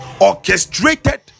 orchestrated